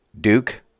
Duke